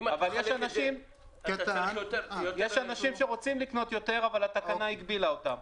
אבל יש אנשים שרוצים לקנות יותר אבל התקנה הגבילה אותם.